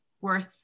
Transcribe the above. worth